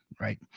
Right